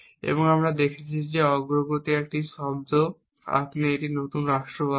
এবং আমরা দেখেছি যে অগ্রগতি একটি শব্দ আপনি একটি নতুন রাষ্ট্র পাবেন